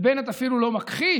ובנט אפילו לא מכחיש,